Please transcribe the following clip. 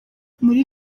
muri